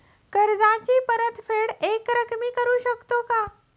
कर्जाची परतफेड एकरकमी करू शकतो का?